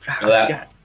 God